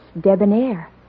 debonair